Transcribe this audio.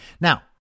Now